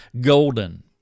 golden